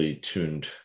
tuned